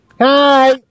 Hi